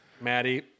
Maddie